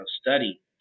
study